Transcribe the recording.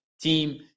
team